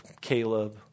Caleb